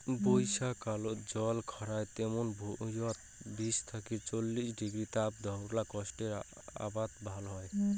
বইষ্যাকালত জল খাড়ায় এমুন ভুঁইয়ত বিশ থাকি চল্লিশ ডিগ্রী তাপত ধওলা কোষ্টার আবাদ ভাল হয়